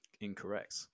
Incorrect